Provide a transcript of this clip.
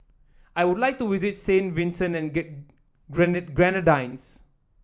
I would like to visit Saint Vincent and Grenadines